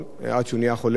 עד שהוא נהיה חולה ממש,